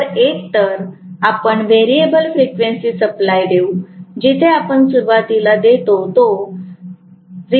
तर एकतर आपण व्हेरिएबल फ्रिक्वेंसी सप्लाय देऊ जिथे आपण सुरुवातीला देतो तो 0